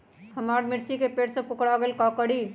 हमारा मिर्ची के पेड़ सब कोकरा गेल का करी?